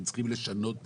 אתם צריכים לשנות דיסקט.